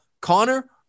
connor